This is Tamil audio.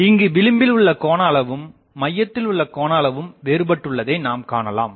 இங்கு விளிம்பில் உள்ள கோணஅளவும் மையத்தில் உள்ள கோணஅளவும் வேறுபட்டுள்ளதை நாம் காணலாம்